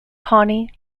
connie